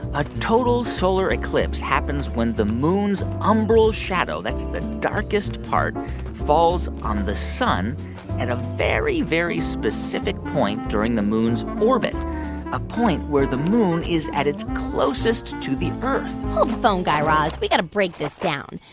a total solar eclipse happens when the moon's umbral shadow that's the darkest part falls on the sun at a very, very specific point during the moon's orbit a point where the moon is at its closest to the earth hold the phone, guy raz. we've got to break this down.